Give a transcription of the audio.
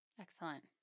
Excellent